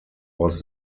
was